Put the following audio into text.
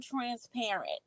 transparent